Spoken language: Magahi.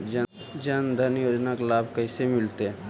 जन धान योजना के लाभ कैसे मिलतै?